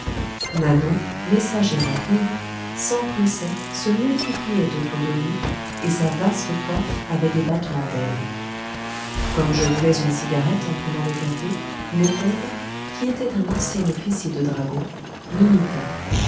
nanon messager rapide s'empressait se multipliait autour de nous et sa vaste coiffe avait des battements d'ailes comme je roulais une cigarette en prenant le café maucombe qui était un ancien officier de dragons m'imita